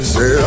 Say